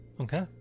okay